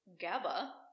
GABA